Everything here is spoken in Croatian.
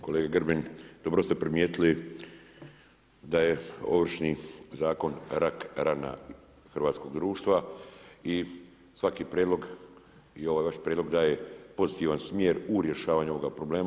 Kolega Grbin, dobro ste primijetili da je Ovršni zakon rak rana hrvatskog društva i svaki prijedlog i ovaj vaš prijedlog daje pozitivan smjer u rješavanju ovoga problem.